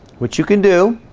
what you can do